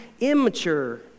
immature